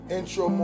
Intro